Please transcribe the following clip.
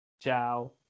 ciao